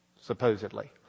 supposedly